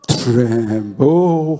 tremble